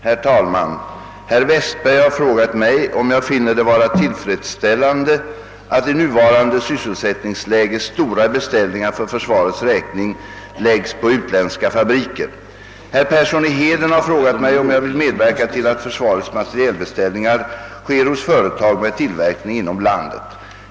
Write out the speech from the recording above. Herr talman! Herr Westberg har frågat mig, om jag finner det vara tillfredsställande att i nuvarande sysselsättningsläge stora beställningar för försvarets räkning läggs på utländska fabriker. Herr Persson i Heden har frågat mig, om jag vill medverka till att försvarets materielbeställningar sker hos företag med tillverkning inom landet.